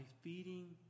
feeding